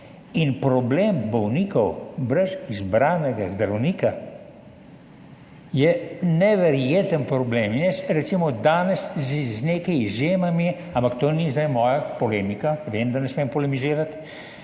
In problem bolnikov brez izbranega zdravnika je neverjeten problem. Jaz recimo danes z nekaj izjemami, ampak to ni zdaj moja polemika, vem, da ne smem polemizirati,